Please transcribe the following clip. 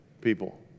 people